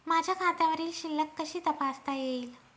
माझ्या खात्यावरील शिल्लक कशी तपासता येईल?